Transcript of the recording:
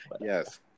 yes